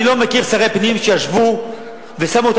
אני לא מכיר שרי פנים שישבו ושמו את